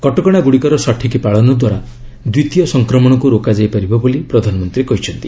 କଟକଣାଗୁଡ଼ିକର ସଠିକ୍ ପାଳନ ଦ୍ୱାରା ଦ୍ୱିତୀୟ ସଂକ୍ରମଣକୁ ରୋକାଯାଇ ପାରିବ ବୋଲି ପ୍ରଧାନମନ୍ତ୍ରୀ କହିଛନ୍ତି